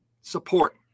support